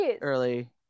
early